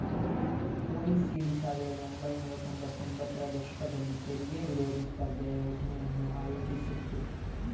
OECD ಸಾವಿರದ ಒಂಬೈನೂರ ತೊಂಬತ್ತ ಒಂಬತ್ತರ ದಶಕದಲ್ಲಿ ತೆರಿಗೆ ವಿರೋಧಿ ಸ್ಪರ್ಧೆಯ ಯೋಜ್ನೆಯನ್ನು ಆಯೋಜಿಸಿತ್ತು